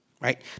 right